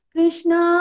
Krishna